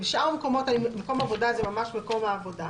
המקומות מקום עבודה זה ממש מקום עבודה.